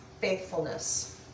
faithfulness